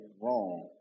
wrong